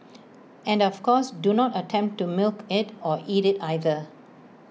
and of course do not attempt to milk IT or eat IT either